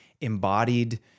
embodied